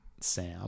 Sam